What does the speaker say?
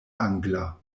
angla